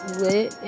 lit